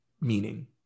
meaning